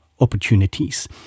opportunities